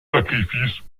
sacrifices